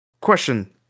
Question